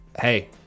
hey